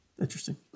Interesting